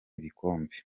ibikombe